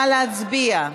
נא להצביע.